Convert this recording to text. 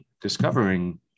discovering